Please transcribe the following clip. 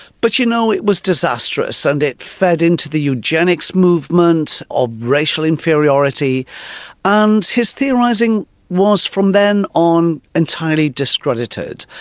but you know it was disastrous and it fed into the eugenics movement of racial inferiority and his theorising was from then on entirely discredited.